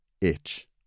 itch